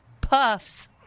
puffs